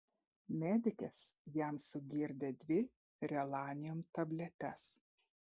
medikės jam sugirdė dvi relanium tabletes